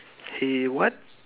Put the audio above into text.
he what